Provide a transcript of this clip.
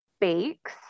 bakes